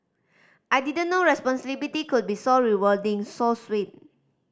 I didn't know responsibility could be so rewarding so sweet